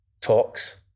talks